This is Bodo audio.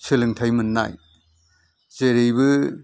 सोलोंथाइ मोन्नाय जेरैबो